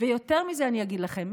ויותר מזה אני אגיד לכם,